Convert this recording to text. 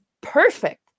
perfect